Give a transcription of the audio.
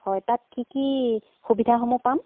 হয় তাত কি কি সুবিধাসমূহ পাম